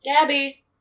Gabby